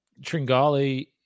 Tringali